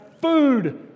food